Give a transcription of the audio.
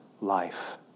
life